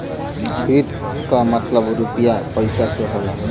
वित्त क मतलब रुपिया पइसा से होला